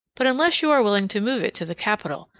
but unless you are willing to move it to the capital,